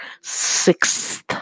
sixth